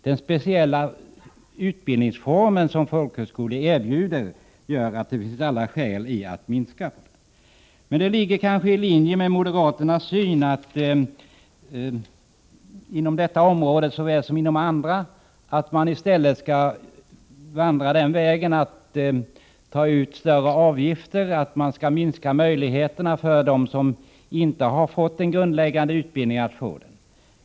Den speciella utbildningsform som folkhögskolorna erbjuder gör att det finns alla skäl att ha den kvar. Men det ligger kanske i linje med moderaternas syn att på detta område såväl som på andra välja den vägen att ta ut högre avgifter och minska möjligheterna för dem som inte har fått en grundläggande utbildning att få det.